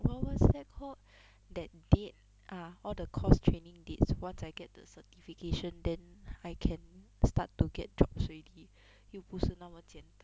what what's that called that date ah all the course training dates once I get the certification then I can start to get jobs already 又不是那么简单